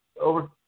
over